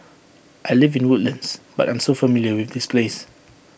I live in Woodlands but I'm so familiar with this place